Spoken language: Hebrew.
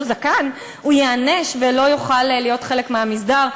זקן הוא ייענש ולא יוכל להיות חלק מהמסדר.